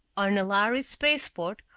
on a lhari spaceport,